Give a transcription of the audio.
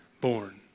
born